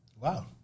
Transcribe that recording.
Wow